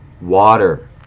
water